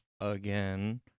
again